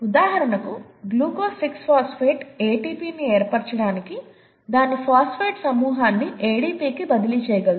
ఉదాహరణకు glucose 6 phosphate ATPని ఏర్పరచడానికి దాని ఫాస్ఫేట్ సమూహాన్ని ADPకి బదిలీ చేయగలదు